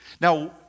Now